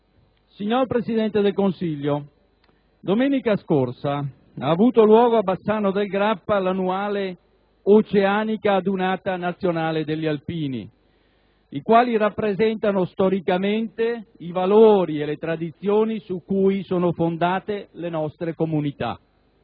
Signor Presidente del Consiglio, domenica scorsa ha avuto luogo a Bassano del Grappa l'annuale, oceanica, adunata nazionale degli alpini, i quali rappresentano storicamente i valori e le tradizioni su cui sono fondate le nostre comunità.